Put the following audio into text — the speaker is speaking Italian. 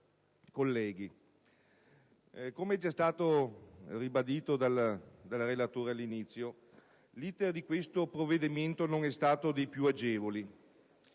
come è stato ribadito dal relatore all'inizio, l'*iter* di questo provvedimento non è stato dei più agevoli.